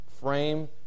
frame